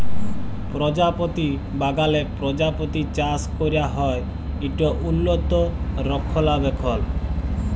পরজাপতি বাগালে পরজাপতি চাষ ক্যরা হ্যয় ইট উল্লত রখলাবেখল